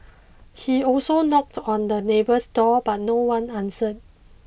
he also knocked on the neighbour's door but no one answered